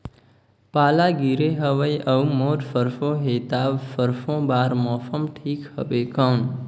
पाला गिरे हवय अउर मोर सरसो हे ता सरसो बार मौसम ठीक हवे कौन?